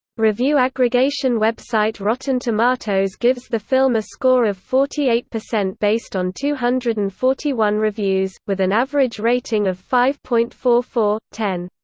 review aggregation website rotten tomatoes gives the film a score of forty eight percent based on two hundred and forty one reviews, with an average rating of five point four four ten.